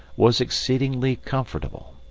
was exceedingly comfortable.